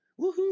Woohoo